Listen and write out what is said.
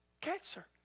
cancer